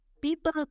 people